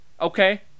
okay